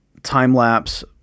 time-lapse